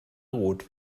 rot